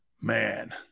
Man